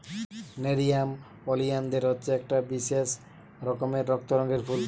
nerium ওলিয়ানদের হচ্ছে একটা বিশেষ রকমের রক্ত রঙের ফুল